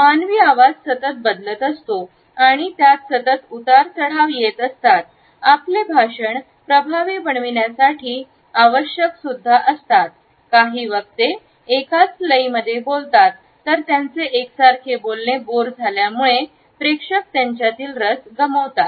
मानवी आवाज सतत बदलत असतो आणि त्यात सतत उतार चढाव येत असतात आपले भाषण प्रभावी बनवण्यासाठी आवश्यक सुद्धा असतात काही वक्ते एकाच लई मध्ये बोलतात त्यांचे एक सारखे बोलणे बोर झाल्यामुळे त्यांच्यातील रस गमावतात